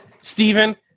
Stephen